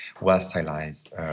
well-stylized